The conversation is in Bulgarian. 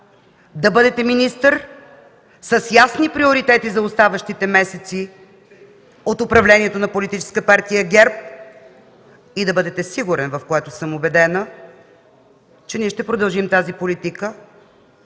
да бъдете министър с ясни приоритети за оставащите месеци от управлението на Политическа партия ГЕРБ и да бъдете сигурен, в което съм убедена, че ние ще продължим тази политика